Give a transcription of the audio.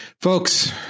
Folks